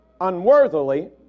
unworthily